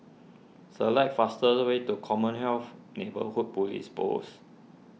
select fastest way to Commonwealth Neighbourhood Police Post